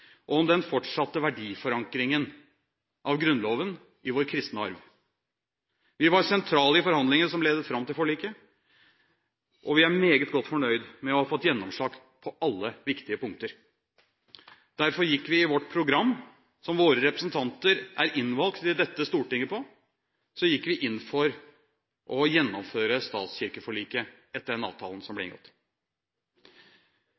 om den fortsatte verdiforankringen av Grunnloven i vår kristenarv. Vi var sentrale i forhandlingene som ledet fram til forliket, og vi er meget godt fornøyd med å ha fått gjennomslag på alle viktige punkter. Derfor gikk vi i vårt program, som våre representanter er innvalgt til dette stortinget på, inn for å gjennomføre stat–kirke-forliket etter den avtalen som ble